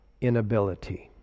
inability